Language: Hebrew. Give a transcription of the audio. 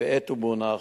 בעת ובעונה אחת,